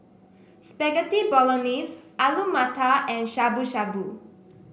Spaghetti Bolognese Alu Matar and Shabu Shabu